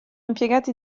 impiegati